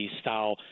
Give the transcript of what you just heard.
style